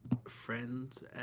friend's